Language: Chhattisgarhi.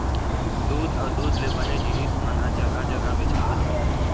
दूद अउ दूद ले बने जिनिस मन ह जघा जघा बेचावत हे